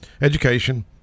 education